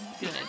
Good